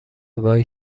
وای